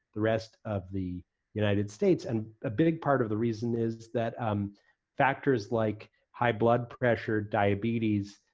the rest of the united states, and a big part of the reason is that um factors like high blood pressure, diabetes,